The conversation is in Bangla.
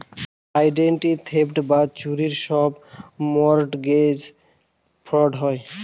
আইডেন্টিটি থেফট বা চুরির সব মর্টগেজ ফ্রড হয়